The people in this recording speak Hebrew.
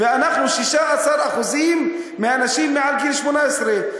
ואנחנו 16% מהאנשים מעל גיל 18,